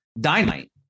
dynamite